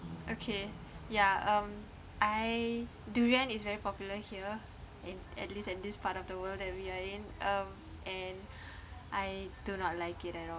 okay ya um I durian is very popular here in at least in this part of the world um and I do not like it at all